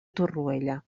torroella